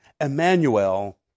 Emmanuel